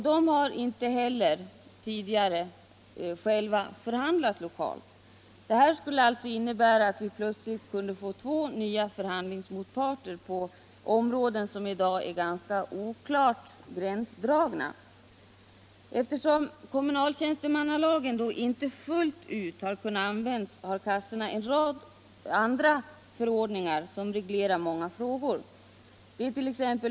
De har inte heller tidigare förhandlat själva lokalt. Detta skulle alltså innebära att vi plötsligt kunde få två nya förhandlingsmotparter på områden som i dag har ganska oklar gränsdragning. Eftersom kommunaltjänstemannalagen inte fullt ut har kunnat användas har kassorna fått en rad andra förordningar som reglerar många frågor.